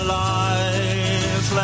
life